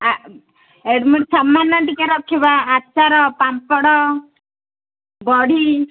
ଆ ସାମାନ୍ୟ ଟିକେ ରଖିବା ଆଚାର ପାମ୍ପଡ଼ ବଡ଼ି